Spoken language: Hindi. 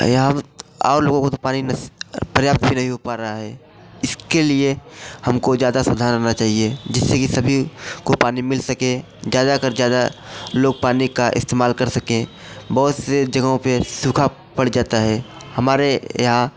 यहाँ और लोगों को तो नस प्राप्त नहीं हो पा रहा है इसके लिए हमको ज़्यादा सावधान रहना चाहिए जिससे कि सभी को पानी मिल सके ज़्यादातर ज़्यादा लोग पानी का इस्तेमाल कर सकें बहुत से जगहों पर सूखा पड़ जाता है हमारे यहाँ